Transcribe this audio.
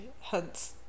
hunts